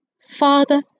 father